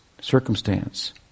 circumstance